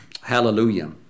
Hallelujah